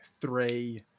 three